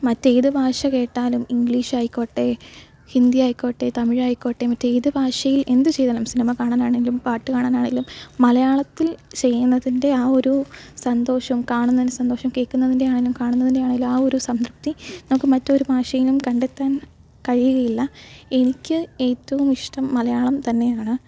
മറ്റേത് ഭാഷ കേട്ടാലും ഇംഗ്ലീഷായിക്കോട്ടെ ഹിന്ദി ആയിക്കോട്ടെ തമിഴായിക്കോട്ടെ മറ്റേത് ഭാഷയില് എന്ത് ചെയ്താലും സിനിമ കാണാനാണേലും പാട്ട് കാണാനാണേലും മലയാളത്തില് ചെയ്യുന്നതിന്റെ ആ ഒരു സന്തോഷോം കാണുന്നതിന്റെ സന്തോഷം കേൾക്കുന്നതിന്റെയാണേലും കാണുന്നതിന്റെയാണേലും ആ ഒരു സംതൃപ്തി നമുക്ക് മറ്റൊരു ഭാഷയിലും കണ്ടെത്താന് കഴിയുകയില്ല എനിക്ക് ഏറ്റവുമിഷ്ടം മലയാളം തന്നെയാണ്